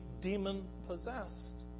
demon-possessed